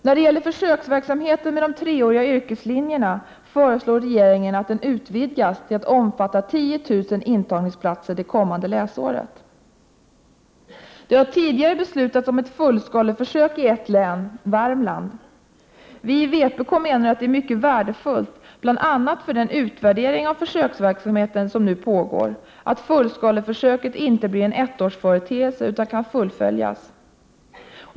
När det gäller försöksverksamheten med de treåriga yrkeslinjerna föreslår regeringen att den utvidgas till att omfatta 10 000 intagningsplatser det kommande läsåret. Riksdagen har tidigare beslutat om ett fullskaleförsök i ett län — Värmland. Vi i vpk menar att det är mycket värdefullt, bl.a. för den utvärdering av försöksverksamheten som nu pågår, att fullskaleförsöket inte blir en ettårsföreteelse utan kan fullföljas.